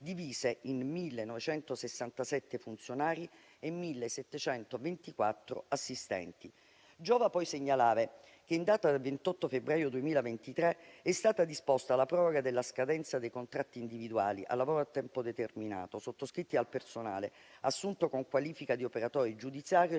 divise in 1.967 funzionari e 1.724 assistenti. Giova poi segnalare che in data 28 febbraio 2023 è stata disposta la proroga della scadenza dei contratti individuali di lavoro a tempo determinato, sottoscritti dal personale assunto con qualifica di operatore giudiziario,